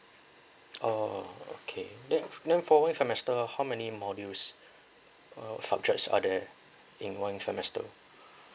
orh okay then then four year's semester how many modules uh subjects are there in one semester